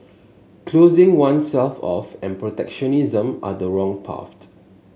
closing oneself off and protectionism are the wrong path